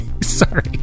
Sorry